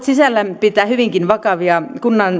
sisällään hyvinkin vakavia